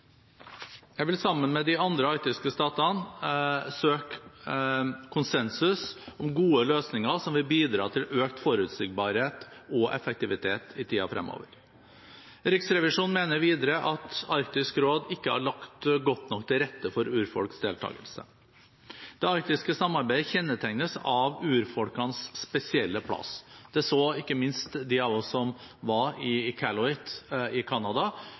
Jeg vil sammen med de andre arktiske statene søke konsensus om gode løsninger som vil bidra til økt forutsigbarhet og effektivitet i tiden fremover. Riksrevisjonen mener videre at Arktisk råd ikke har lagt godt nok til rette for urfolks deltakelse. Det arktiske samarbeidet kjennetegnes av urfolkenes spesielle plass. Det så ikke minst de av oss som var i Iqaluit i Canada,